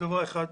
בדבר אחד.